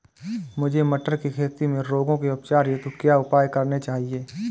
मुझे मटर की खेती में रोगों के उपचार हेतु क्या उपाय करने चाहिए?